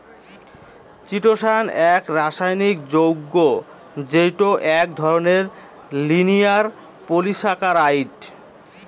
chitosan এক রাসায়নিক যৌগ্য যেইটো এক ধরণের লিনিয়ার পলিসাকারাইড